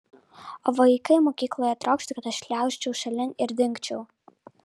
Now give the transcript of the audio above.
o vaikai mokykloje trokšta kad aš šliaužčiau šalin ir dingčiau